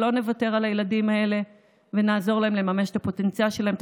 שלא נוותר על הילדים האלה ונעזור להם לממש את הפוטנציאל שלהם.